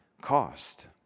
cost